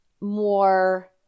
more